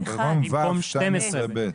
במקום 12(ב).